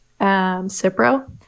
Cipro